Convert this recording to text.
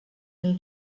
mil